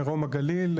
מרום הגליל,